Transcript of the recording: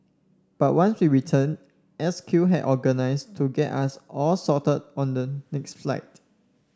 but once we returned S Q had organised to get us all sorted on the next flight